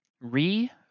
Re